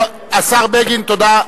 ככה, השר בגין, תודה.